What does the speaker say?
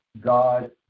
God